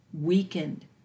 weakened